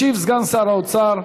ישיב סגן שר האוצר,